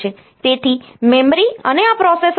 તેથી મેમરી અને આ પ્રોસેસર 8085 આ રીતે હોય છે